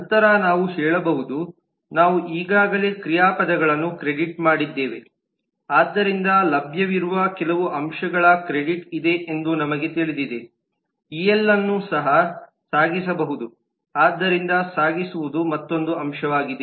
ನಂತರ ನಾವು ಹೇಳಬಹುದು ನಾವು ಈಗಾಗಲೇ ಕ್ರಿಯಾಪದಗಳನ್ನು ಕ್ರೆಡಿಟ್ ಮಾಡಿದ್ದೇವೆ ಆದ್ದರಿಂದ ಲಭ್ಯವಿರುವ ಕೆಲವು ಅಂಶಗಳ ಕ್ರೆಡಿಟ್ ಇದೆ ಎಂದು ನಮಗೆ ತಿಳಿದಿದೆ ಇಎಲ್ ಅನ್ನು ಸಹ ಸಾಗಿಸಬಹುದು ಆದ್ದರಿಂದ ಸಾಗಿಸುವುದು ಮತ್ತೊಂದು ಅಂಶವಾಗಿದೆ